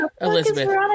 elizabeth